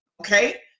okay